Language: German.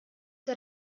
der